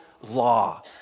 law